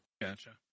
Gotcha